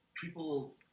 people